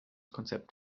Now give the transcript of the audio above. konzept